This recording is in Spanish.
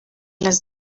las